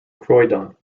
croydon